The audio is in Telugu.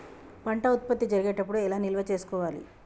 పంట ఉత్పత్తి జరిగేటప్పుడు ఎలా నిల్వ చేసుకోవాలి?